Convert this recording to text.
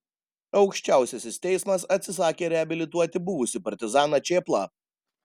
aukščiausiasis teismas atsisakė reabilituoti buvusį partizaną čėplą